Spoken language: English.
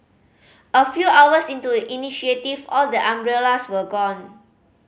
a few hours into initiative all the umbrellas were gone